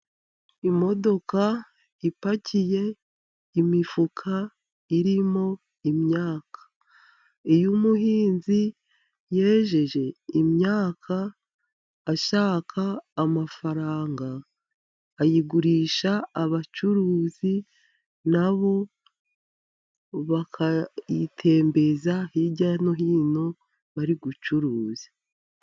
Imodoka ipakiye imifuka irimo imyaka. Iyo umuhinzi yejeje imyaka ashaka amafaranga, ayigurisha abacuruzi, nabo bakayitembereza hirya no hino bari gucuruza.